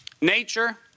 Nature